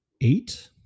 eight